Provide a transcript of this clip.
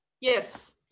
Yes